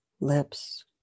lips